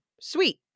Sweet